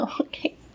Okay